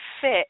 fit